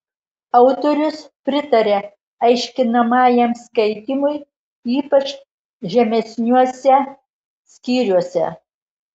autorius pritaria aiškinamajam skaitymui ypač žemesniuose skyriuose